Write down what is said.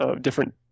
different